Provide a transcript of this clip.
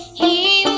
g.